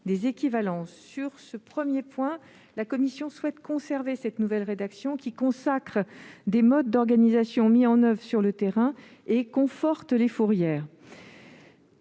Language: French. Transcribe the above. des équivalences. Sur le premier point, la commission souhaite conserver cette nouvelle rédaction, qui consacre des modes d'organisation mis en oeuvre sur le terrain et conforte les fourrières.